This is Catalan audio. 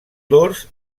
dors